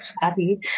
happy